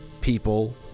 People